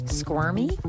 Squirmy